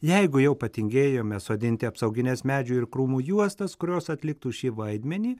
jeigu jau patingėjome sodinti apsaugines medžių ir krūmų juostas kurios atliktų šį vaidmenį